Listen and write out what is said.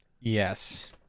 Yes